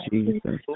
Jesus